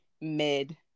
mid